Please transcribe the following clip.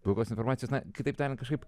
blogos informacijos kitaip tariant kažkaip